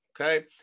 Okay